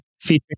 Featuring